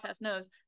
knows